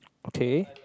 okay